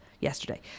yesterday